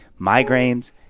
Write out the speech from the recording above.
migraines